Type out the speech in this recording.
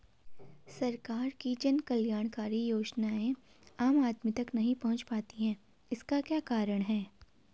सरकार की जन कल्याणकारी योजनाएँ आम आदमी तक नहीं पहुंच पाती हैं इसका क्या कारण है?